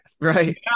Right